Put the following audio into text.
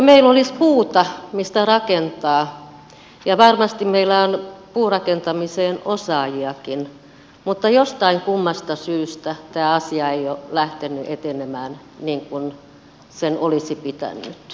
meillä olisi puuta mistä rakentaa ja varmasti meillä on puurakentamiseen osaajiakin mutta jostain kummasta syystä tämä asia ei ole lähtenyt etenemään niin kuin sen olisi pitänyt